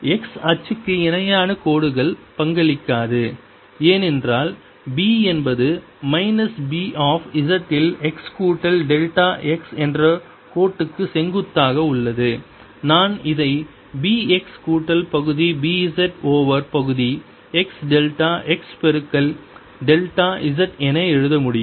x அச்சுக்கு இணையான கோடுகள் பங்களிக்காது ஏனென்றால் B என்பது மைனஸ் B ஆப் z இல் x கூட்டல் டெல்டா x என்ற கோடு க்கு செங்குத்தாக உள்ளது நான் இதை B x கூட்டல் பகுதி B z ஓவர் பகுதி x டெல்டா x பெருக்கல் டெல்டா z என எழுத முடியும்